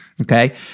Okay